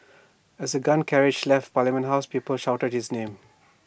as the gun carriage left parliament house people shouted his name